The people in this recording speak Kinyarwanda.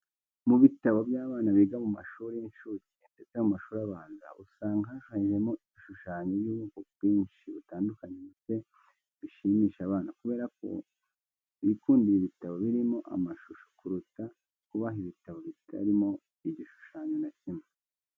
Mu bitabo by'abana biga mu mashuri y'inshuke ndetse no mu mashuri abanza usanga hashushanyijemo ibishushanyo by'ubwoko bwinshi butandukanye ndetse bishimisha abana kubera ko bo bikundira ibitabo birimo amashusho kuruta kubaha ibitabo bitarimo igishushanyo na kimwe.